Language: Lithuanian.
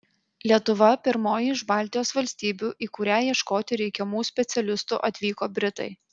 lietuva pirmoji iš baltijos valstybių į kurią ieškoti reikiamų specialistų atvyko britai